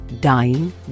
dying